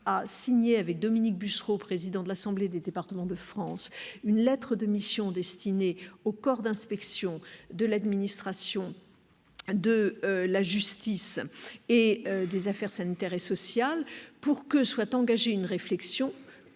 a signé avec Dominique Bussereau, président de l'Assemblée des départements de France, une lettre de mission destinée aux corps d'inspection de l'administration de la justice et des affaires sanitaires et sociales pour que soit engagée une réflexion,